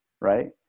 right